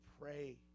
pray